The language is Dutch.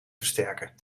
versterken